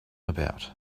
about